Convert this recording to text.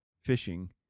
fishing